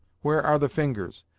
where are the fingers?